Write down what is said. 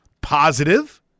positive